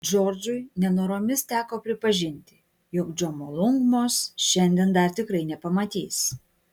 džordžui nenoromis teko pripažinti jog džomolungmos šiandien dar tikrai nepamatys